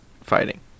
fighting